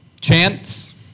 chance